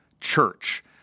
church